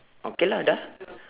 okay lah dah lah